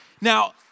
Now